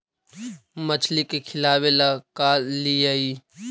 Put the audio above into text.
मछली के खिलाबे ल का लिअइ?